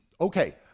okay